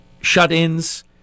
shut-ins